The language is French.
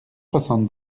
soixante